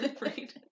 Right